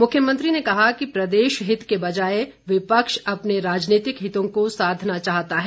मुख्यमंत्री ने कहा कि प्रदेश हित के बजाए विपक्ष अपने राजनीतिक हितों को साधना चाहता है